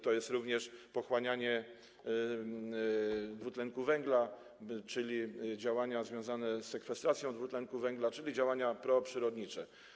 To jest również pochłanianie dwutlenku węgla, to działania związane z sekwestracją dwutlenku węgla, czyli działania proprzyrodnicze.